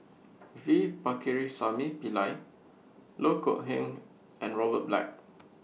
V Pakirisamy Pillai Loh Kok Heng and Robert Black